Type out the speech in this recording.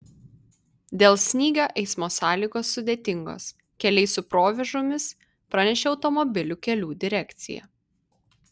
dėl snygio eismo sąlygos sudėtingos keliai su provėžomis pranešė automobilių kelių direkcija